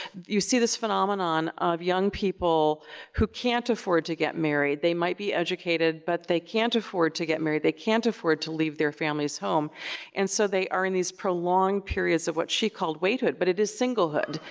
you see this phenomenon of young people who can't afford to get married. they might be educated, but they can't afford to get married, they can't afford to leave their family's home and so they are in these prolonged periods of what she called waithood, but it is singlehood.